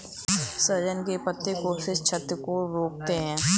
सहजन के पत्ते कोशिका क्षति को रोकते हैं